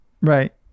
right